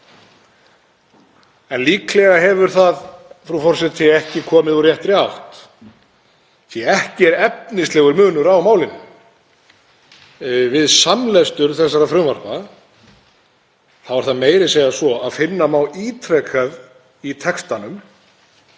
En líklega hefur það ekki komið úr réttri átt því að ekki er efnislegur munur á málinu. Við samlestur þessara frumvarpa er það meira að segja svo að finna má ítrekað í textanum